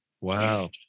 Wow